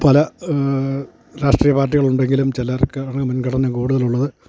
പല രാഷ്ട്രീയ പാർട്ടികളുണ്ടെങ്കിലും ചിലവർക്കാണ് മുൻഗണന കൂടുതലുള്ളത്